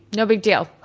no big deal.